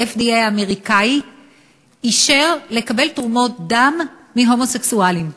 ה-FDA האמריקני אישר קבלת תרומות דם מהומוסקסואלים,